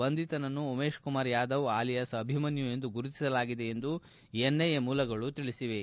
ಬಂಧಿತನನ್ನು Umesh Kumar Yadav alias Abhimannu ಎಂದು ಗುರುತಿಸಲಾಗಿದೆ ಎಂದು ಎನ್ಐಎ ಮೂಲಗಳು ತಿಳಿಸಿವೆ